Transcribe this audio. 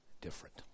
different